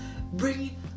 bring